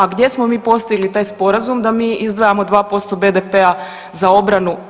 A gdje smo mi postigli taj sporazum da mi izdvajamo 2% BDP-a za obranu?